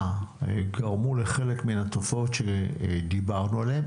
גרמו לחלק מן התופעות שדיברנו עליהן,